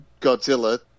Godzilla